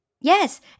Yes